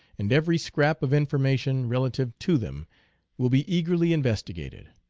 and every scrap of information relative to them will be eagerly investigated.